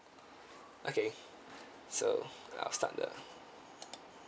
okay so I'll start the